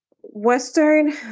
Western